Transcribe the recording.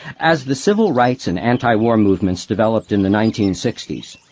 as the civil rights and antiwar movements developed in the nineteen sixty s,